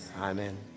Amen